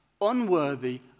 unworthy